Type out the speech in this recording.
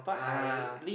ah